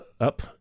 up